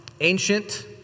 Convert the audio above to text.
ancient